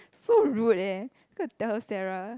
so rude eh I'll go tell Sarah